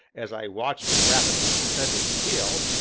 as i watched it rapidly descending the hill,